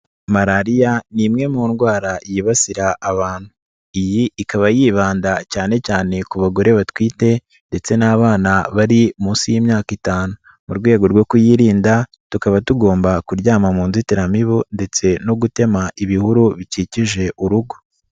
Malariya ni imwe mu ndwara yibasira abantu, iyi ikaba yibanda cyane cyane ku bagore batwite ndetse n'abana bari munsi y'imyaka itanu, mu rwego rwo kuyirinda, tukaba tugomba kuryama mu nzitiramibu ndetse no gutema ibihuru bikikije urugo.